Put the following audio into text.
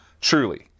Truly